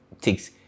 takes